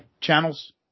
channels